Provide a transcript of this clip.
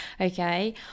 okay